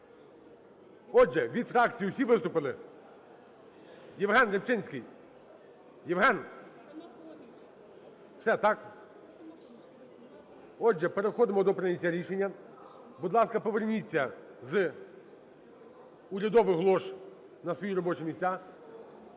Отже, переходимо до прийняття рішення. Будь ласка, поверніться з урядових лож на свої робочі місця.